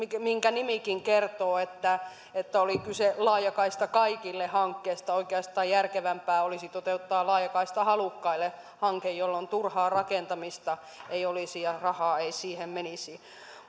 minkä jo nimikin kertoo että että oli kyse laajakaista kaikille hankkeesta oikeastaan järkevämpää olisi toteuttaa laajakaista halukkaille hanke jolloin turhaa rakentamista ei olisi ja rahaa ei siihen menisi